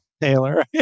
Taylor